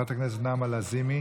איננה, חברת הכנסת נעמה לזימי,